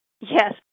yes